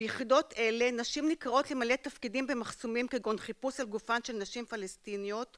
ביחידות אלה, נשים נקראות למלא תפקידים במחסומים, כגון חיפוש על גופן של נשים פלסטיניות...